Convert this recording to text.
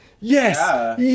Yes